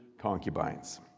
concubines